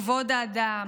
כבוד האדם,